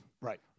Right